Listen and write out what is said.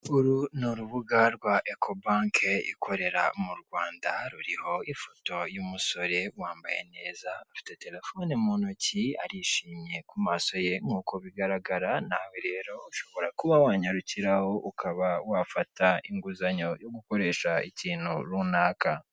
Uru ni urubuga rwa eko banke ikorera mu Rwanda, ruriho ifoto y'umusore wambaye neza, afite telefone mu ntoki, arishimye ku maso ye nk'uko bigaragara nawe rero ushobora kuba wanyarukira ukaba wafata inguzanyo yo gukoresha ikintu runaka.